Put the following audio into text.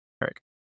Eric